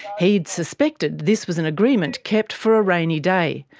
he had suspected this was an agreement kept for a rainy day,